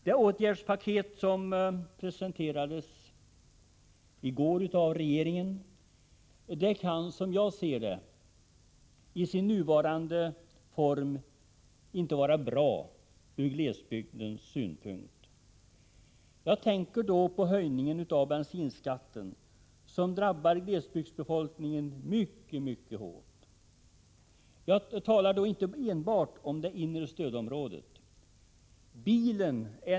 Det åtgärdspaket som regeringen presenterade i går kan, som jag ser det, inte vara bra från glesbygdssynpunkt. Jag tänker då på höjningen av bensinskatten, som drabbar glesbygdsbefolkningen mycket, mycket hårt. Det gäller inte enbart det inre stödområdet.